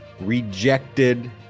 rejected